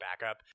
backup